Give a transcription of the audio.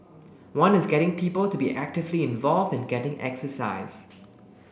one is getting people to be actively involved and getting exercise